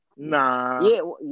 Nah